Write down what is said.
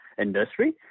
industry